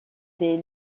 des